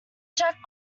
jack